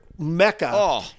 Mecca